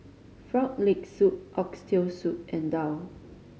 Frog Leg Soup Oxtail Soup and daal